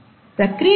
ప్రక్రియ ఏమిటి